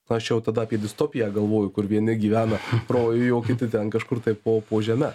aš jau tada apie distopiją galvoju kur vieni gyvena rojuj o kiti ten kažkur tai po po žeme